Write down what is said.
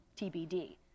TBD